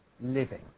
living